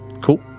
cool